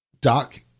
Doc